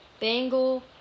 Bangle